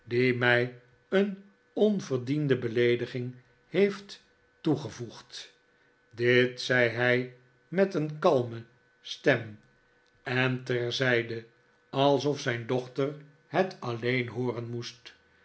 mij een onvefdiende beleediging heeft toegevoegd dit zei hij met een kalme stem en terzijde alsof zijn dochter het alleen hooren moest